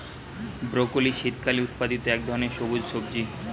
broccoli শীতকালে উৎপাদিত এক ধরনের সবুজ সবজি